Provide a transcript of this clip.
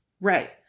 Right